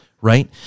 right